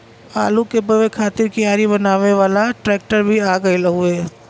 आलू के बोए खातिर कियारी बनावे वाला ट्रेक्टर भी आ गयल हउवे